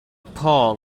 paul